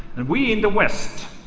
and we and west